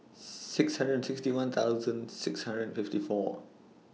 six hundred and sixty one thousand six hundred and fifty four